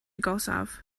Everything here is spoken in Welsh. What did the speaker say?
agosaf